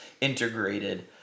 integrated